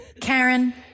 Karen